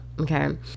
okay